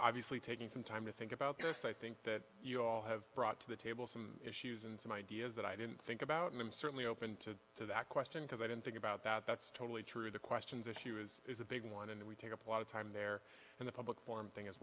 obviously taking some time to think about this i think that you all have brought to the table some issues and some ideas that i didn't think about and i'm certainly open to that question because i didn't think about that that's totally true the questions that he was is a big one and we take up a lot of time there in the public forum thing as